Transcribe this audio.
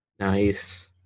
Nice